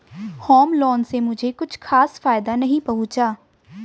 home loan से मुझे कुछ खास फायदा नहीं पहुंचा